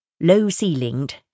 low-ceilinged